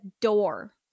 door